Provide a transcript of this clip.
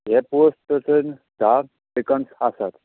हे पोस्ट तितून धा वॅकंट आसा